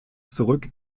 zurück